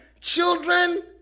Children